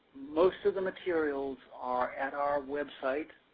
most of the materials are at our website